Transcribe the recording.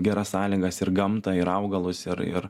geras sąlygas ir gamtą ir augalus ir ir